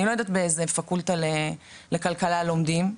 לא יודעת באיזו פקולטה לכלכלה לומדים,